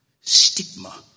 stigma